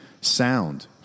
sound